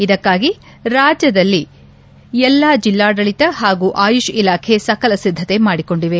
ಇದಕ್ಕಾಗಿ ರಾಜ್ಯದಲ್ಲಿ ಎಲ್ಲಾ ಜಿಲ್ಲಾಡಳಿತ ಹಾಗೂ ಆಯುಷ್ ಇಲಾಖೆ ಸಕಲ ಸಿದ್ದತೆ ಮಾಡಿಕೊಂಡಿದೆ